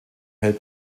hält